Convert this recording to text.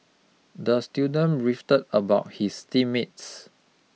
the student beefed about his team mates